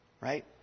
right